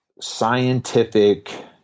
scientific